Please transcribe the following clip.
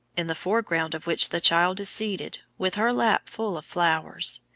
in the foreground of which the child is seated, with her lap full of flowers.